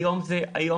היום זה גם